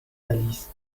alice